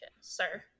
sir